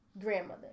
grandmother